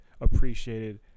Appreciated